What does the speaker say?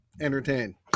Entertain